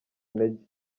intege